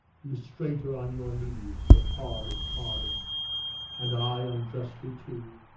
you straight are on your knees for pardon, pardon and i, unjustly too,